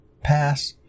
pass